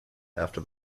after